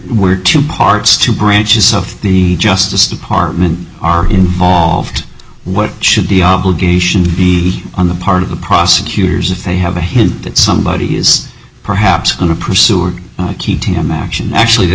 two parts to branches of the justice department are involved what should the obligation be on the part of the prosecutors if they have a hint that somebody is perhaps going to pursue or actually there